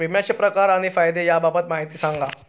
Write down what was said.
विम्याचे प्रकार आणि फायदे याबाबत माहिती सांगा